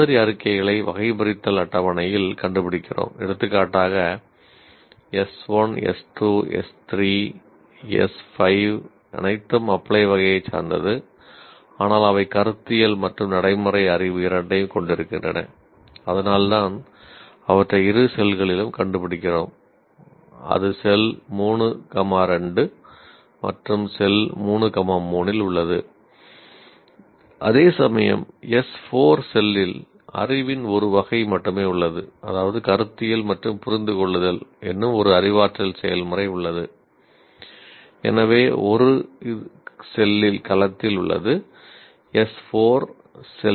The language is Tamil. இந்த மாதிரி அறிக்கைகளை வகைபிரித்தல் குறிக்கிறது